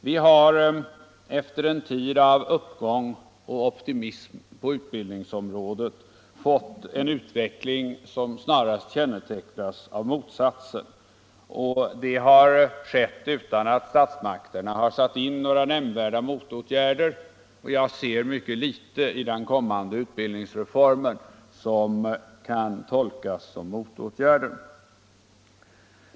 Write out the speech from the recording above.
Vi har efter en tid av uppgång och op timism på utbildningsområdet fått en utveckling som snarast kännetecknas av motsatsen. Det har skett utan att statsmakterna har satt in några nämnvärda motåtgärder. Jag ser mycket litet i den kommande utbildningsreformen som kan tolkas som sådana motåtgärder.